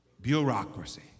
Bureaucracy